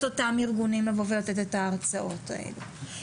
אותם ארגונים לבוא ולתת את ההרצאות האלה.